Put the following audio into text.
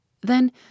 Then